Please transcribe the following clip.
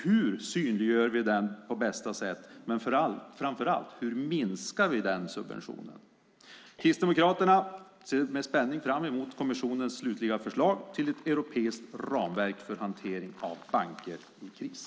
Hur synliggör vi den på bästa sätt, men framför allt hur minskar vi den subventionen? Kristdemokraterna ser med spänning fram emot kommissionens slutliga förslag till ett europeiskt ramverk för hantering av banker i kris.